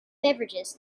beverages